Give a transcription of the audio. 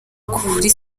kuri